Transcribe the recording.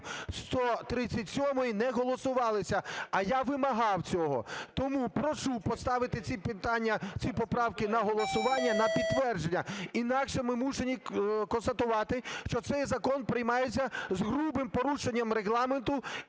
137-ї, не голосувалися. А я вимагав цього. Тому прошу поставити ці питання, ці поправки на голосування на підтвердження, інакше ми змушені констатувати, що цей закон приймається з грубим порушенням Регламенту